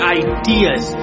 ideas